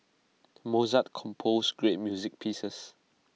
Mozart composed great music pieces